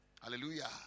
Hallelujah